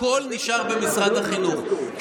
הכול נשאר במשרד החינוך.